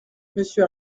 monsieur